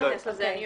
אני אתייחס לזה.